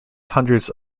hundreds